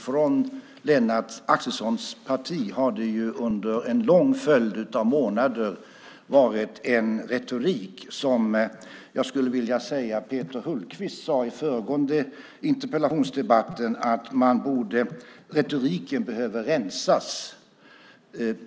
Från Lennart Axelssons parti har det under en lång följd av månader kommit en retorik som, precis som Peter Hultqvist sade i den förra interpellationsdebatten, behöver rensas.